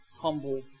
humble